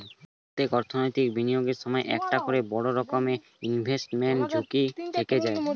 প্রত্যেকটা অর্থনৈতিক বিনিয়োগের সময় একটা করে বড় রকমের ইনভেস্টমেন্ট ঝুঁকি থেকে যায়